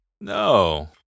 no